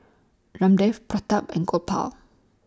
Ramdev Pratap and Gopal